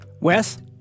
Wes